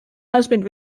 husband